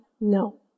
no